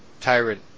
Tyrant